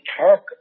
Talk